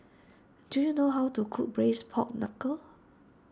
do you know how to cook Braised Pork Knuckle